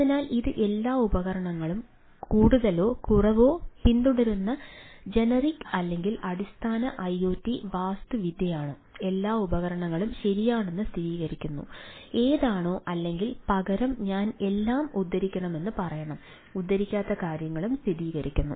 അതിനാൽ ഇത് എല്ലാ ഉപകരണങ്ങളും കൂടുതലോ കുറവോ പിന്തുടരുന്ന ജനറിക് അല്ലെങ്കിൽ അടിസ്ഥാന ഐഒടി വാസ്തുവിദ്യയാണ് എല്ലാ ഉപകരണങ്ങളും ശരിയാണെന്ന് സ്ഥിരീകരിക്കുന്നു ഏതാണോ അല്ലെങ്കിൽ പകരം ഞാൻ എല്ലാം ഉദ്ധരിക്കണമെന്ന് പറയണം ഉദ്ധരിക്കാത്ത കാര്യങ്ങളും സ്ഥിരീകരിക്കുന്നു